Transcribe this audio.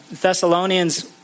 Thessalonians